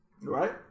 Right